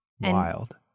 Wild